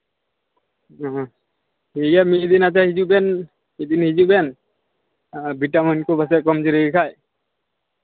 ᱦᱮᱸ ᱴᱷᱤᱠ ᱜᱮᱭᱟ ᱢᱤᱫ ᱫᱤᱱ ᱱᱚᱛᱮ ᱦᱤᱡᱩᱜ ᱵᱮᱱ ᱢᱤᱫ ᱫᱤᱱ ᱦᱤᱡᱩᱜ ᱵᱮᱱ ᱟᱨ ᱵᱷᱤᱴᱟᱢᱤᱱ ᱠᱚ ᱯᱟᱥᱮᱡ ᱠᱚᱢᱡᱩᱨᱤ ᱠᱟᱡ